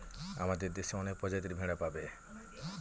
আমাদের দেশে অনেক প্রজাতির ভেড়া পাবে